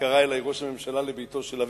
קרא אלי ראש הממשלה לביתו של אביו,